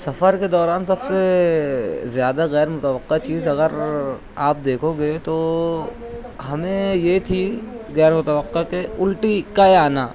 سفر کے دوران سب سے زیادہ غیر متوقع چیز اگر آپ دیکھو گے تو ہمیں یہ تھی غیر متوقع کہ الٹی قے آنا